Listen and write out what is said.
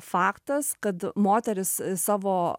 faktas kad moterys savo